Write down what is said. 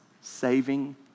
saving